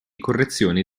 correzioni